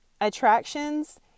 attractions